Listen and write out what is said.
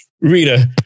rita